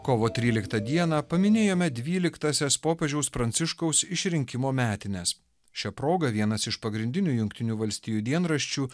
kovo tryliktą dieną paminėjome dvyliktąsias popiežiaus pranciškaus išrinkimo metines šia proga vienas iš pagrindinių jungtinių valstijų dienraščių